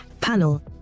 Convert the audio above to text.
panel